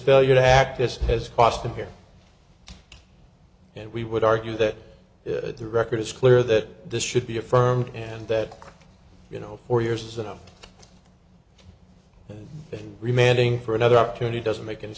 failure to act this has cost him here and we would argue that the record is clear that this should be affirmed and that you know for years and remanding for another opportunity doesn't make any